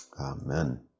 Amen